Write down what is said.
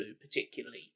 particularly